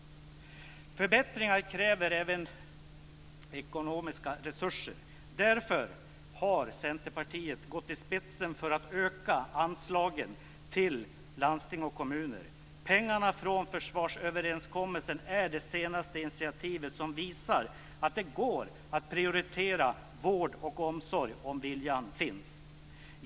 Förbättringar kräver även ekonomiska resurser. Därför har Centerpartiet gått i spetsen för att öka anslagen till landsting och kommuner. Pengarna från försvarsöverenskommelsen är det senaste initiativ som visar att det går att prioritera vård och omsorg om viljan finns.